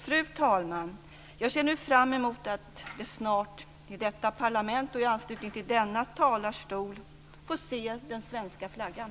Fru talman! Jag ser nu fram mot att snart i detta parlament och i anslutning till denna talarstol få se den svenska flaggan.